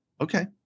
Okay